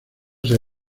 ser